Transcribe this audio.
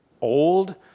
old